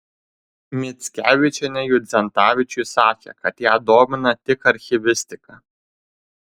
mickevičienė judzentavičiui sakė kad ją domina tik archyvistika